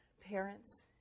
parents